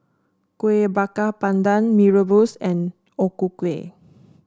Kuih Bakar Pandan Mee Rebus and O Ku Kueh